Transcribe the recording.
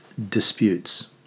disputes